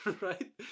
right